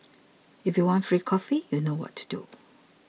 if you want free coffee you know what to do